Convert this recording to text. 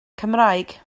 cymraeg